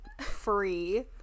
free